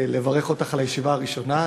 לברך אותך על הישיבה הראשונה.